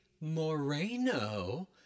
Moreno